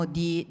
di